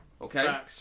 Okay